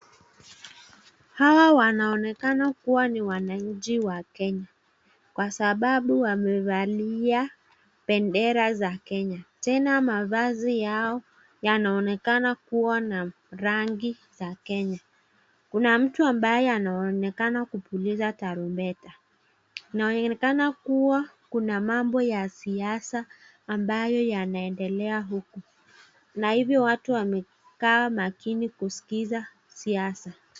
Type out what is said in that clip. Hawa wanaonekana kuwa ni wanachi wa Kenya, kwa sababu wamevalia bendera ya Kenya, tena mavazi yao yanaonekana kuwa na rangi ya Kenya. Kuna mtu ambaye anaonekana kupuliza tarumbeta. Inaonekana kuwa kuna mambo ya siasa ambayo yanaendelea huku, na hivyo watu wamekaa makini kusikiza siasa.